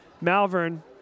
Malvern